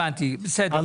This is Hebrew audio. הבנתי, בסדר.